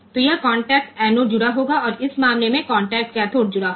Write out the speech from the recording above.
तो यह contact anode जुड़ा होगा और इस मामले में कॉन्टेक्ट कैथोड जुड़ा होगा